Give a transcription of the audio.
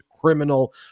criminal